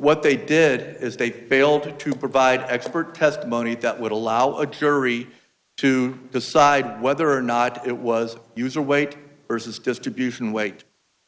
what they did is they failed to provide expert testimony that would allow a jury to decide whether or not it was use or weight versus distribution weight